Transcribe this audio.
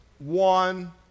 one